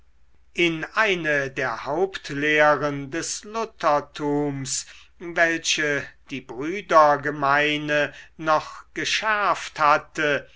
in eine der hauptlehren des luthertums welche die brüdergemeine noch geschärft hatte